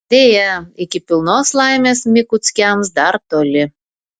deja iki pilnos laimės mikuckiams dar toli